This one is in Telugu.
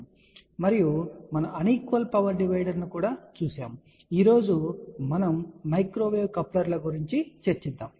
మరియు మనము అన్ఈక్వల్ పవర్ డివైడర్ ను కూడా చూశాము ఈ రోజు మనం మైక్రోవేవ్ కప్లర్ల గురించి మాట్లాడబోతున్నాం